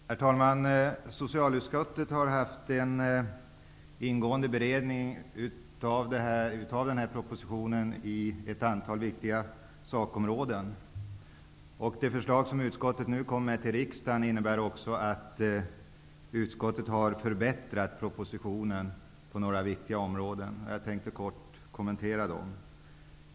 Herr talman! Socialutskottet har haft en ingående beredning av propositionen när det gäller ett antal viktiga sakområden. De förslag som socialutskottet nu lägger fram till riksdagen är i förhållande till förslagen i propositionen förbättrade på några viktiga områden.